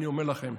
אני אומר לכם,